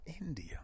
India